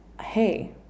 hey